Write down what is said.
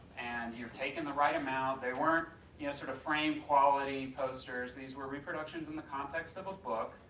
and you've taken the right amount, they weren't you know sort of frame quality posters, these were reproductions in the context of a book,